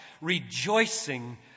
rejoicing